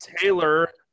Taylor